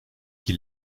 qui